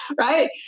Right